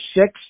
six